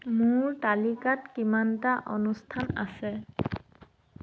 মোৰ তালিকাত কিমানটা অনুষ্ঠান আছে